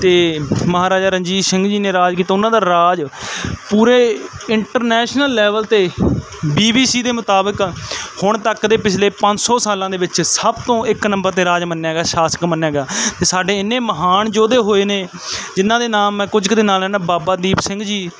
ਤੇ ਮਹਾਰਾਜਾ ਰਣਜੀਤ ਸਿੰਘ ਜੀ ਨੇ ਰਾਜ ਕੀਤਾ ਉਹਨਾਂ ਦਾ ਰਾਜ ਪੂਰੇ ਇੰਟਰਨੈਸ਼ਨਲ ਲੈਵਲ ਤੇ ਬੀਬੀਸੀ ਦੇ ਮੁਤਾਬਿਕ ਹੁਣ ਤੱਕ ਦੇ ਪਿਛਲੇ ਪੰਜ ਸੌ ਸਾਲਾਂ ਦੇ ਵਿੱਚ ਸਭ ਤੋਂ ਇੱਕ ਨੰਬਰ ਤੇ ਰਾਜ ਮੰਨਿਆ ਗਿਆ ਸ਼ਾਸਕ ਮੰਨਿਆ ਗਿਆ ਤੇ ਸਾਡੇ ਇਨੇ ਮਹਾਨ ਯੋਧੇ ਹੋਏ ਨੇ ਜਿਨਾਂ ਦੇ ਨਾਮ ਮੈਂ ਕੁਝ ਕ ਦੇ ਨਾਂ ਲੈਨਾ ਬਾਬਾ ਦੀਪ ਸਿੰਘ ਜੀ